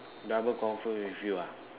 double confirm with you ah